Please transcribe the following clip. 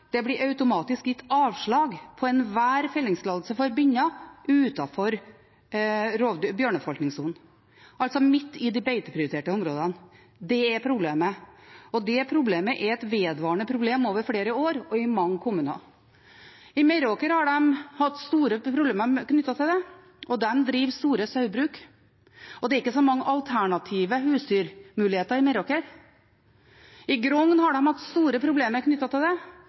Det blir automatisk gitt avslag på enhver fellingstillatelse for binner utenfor bjørneforvaltningssonen, altså midt i de beiteprioriterte områdene. Det er problemet, og det problemet er et vedvarende problem over flere år og i mange kommuner. I Meråker har de hatt store problemer knyttet til det, og de driver store sauebruk, og det er ikke så mange alternative husdyrmuligheter i Meråker. I Grong har de hatt store problemer knyttet til det,